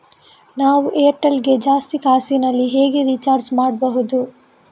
ನಾವು ಏರ್ಟೆಲ್ ಗೆ ಜಾಸ್ತಿ ಕಾಸಿನಲಿ ಹೇಗೆ ರಿಚಾರ್ಜ್ ಮಾಡ್ಬಾಹುದು?